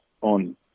on